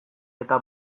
eta